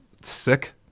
sick